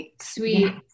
sweet